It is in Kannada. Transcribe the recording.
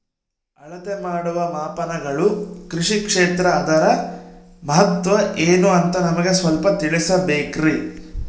ಅಳತೆ ಮಾಡುವ ಮಾಪನಗಳು ಕೃಷಿ ಕ್ಷೇತ್ರ ಅದರ ಮಹತ್ವ ಏನು ಅಂತ ನಮಗೆ ಸ್ವಲ್ಪ ತಿಳಿಸಬೇಕ್ರಿ?